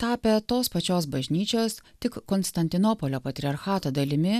tapę tos pačios bažnyčios tik konstantinopolio patriarchato dalimi